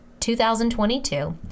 2022